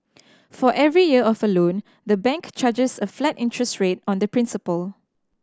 for every year of a loan the bank charges a flat interest rate on the principal